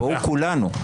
כולנו,